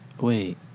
Wait